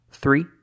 Three